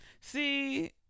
See